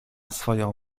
swoją